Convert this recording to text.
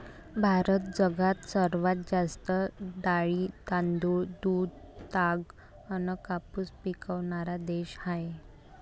भारत जगात सर्वात जास्त डाळी, तांदूळ, दूध, ताग अन कापूस पिकवनारा देश हाय